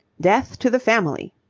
death to the family.